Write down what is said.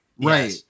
Right